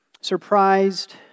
surprised